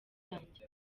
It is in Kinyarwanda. yanjye